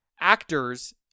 actors